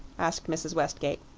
asked mrs. westgate.